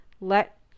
Let